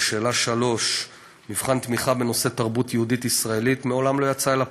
3. מבחן תמיכה בנושא תרבות יהודית-ישראלית מעולם לא יצא אל הפועל,